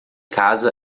casa